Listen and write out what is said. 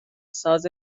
ساز